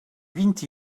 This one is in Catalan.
vint